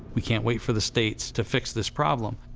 we can't wait for the states to fix this problem.